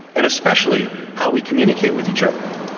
and especially how we communicate with each other.